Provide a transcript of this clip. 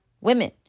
women